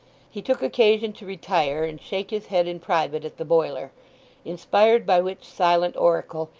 he took occasion to retire and shake his head in private at the boiler inspired by which silent oracle,